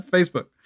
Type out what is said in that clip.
Facebook